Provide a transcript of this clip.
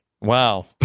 Wow